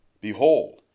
Behold